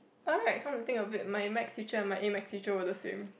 alright come to think of it my maths teacher and my A maths teacher were the same